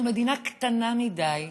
אנחנו מדינה קטנה מדי,